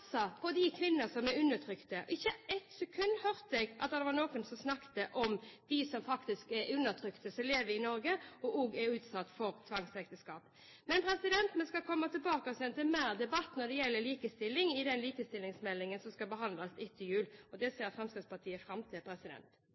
på de kvinner som er undertrykte. Ikke ett sekund hørte jeg at det var noen som snakket om de som lever i Norge, som er undertrykket, og som også er utsatt for tvangsekteskap. Men vi skal komme tilbake til dette i debatten om likestilling i forbindelse med den likestillingsmeldingen som skal behandles etter jul. Det ser Fremskrittspartiet fram til.